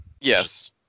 Yes